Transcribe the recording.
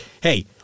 hey